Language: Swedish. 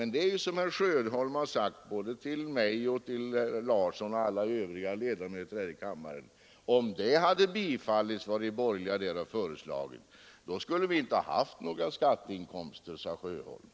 Men det är väl som herr Sjöholm har sagt, både till mig och till herr Larsson och alla övriga ledamöter här i kammaren: Om det som de borgerliga föreslagit hade bifallits, skulle vi inte ha haft några skatteinkomster alls.